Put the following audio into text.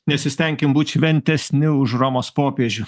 nesistenkim būt šventesni už romos popiežių